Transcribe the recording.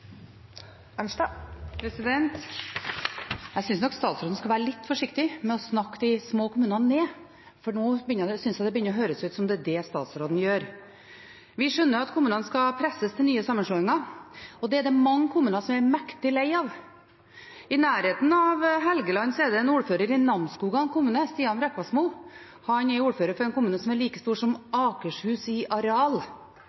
Jeg synes nok statsråden skal være litt forsiktig med å snakke de små kommunene ned, for nå begynner det å høres ut som om det er det statsråden gjør. Vi skjønner at kommunene skal presses til nye sammenslåinger, og det er det mange kommuner som er mektig lei av. I nærheten av Helgeland finner vi Namsskogan kommune. Stian Brekkvassmo, som er ordfører der, er ordfører for en kommune som er like stor som